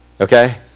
Okay